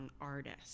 artist